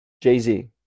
Jay-Z